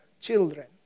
children